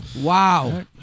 Wow